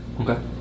Okay